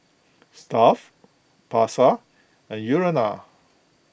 Stuff'd Pasar and Urana